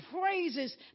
praises